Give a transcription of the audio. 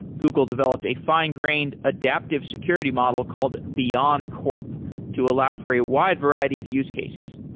google developed a fine-grained adaptive security model called beyondcorp to allow for a wide variety of use cases.